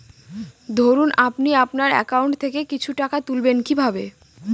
ধরুন আপনি আপনার একাউন্ট থেকে কিছু টাকা তুলবেন কিভাবে?